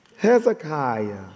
Hezekiah